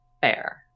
Fair